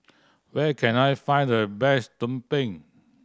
where can I find the best tumpeng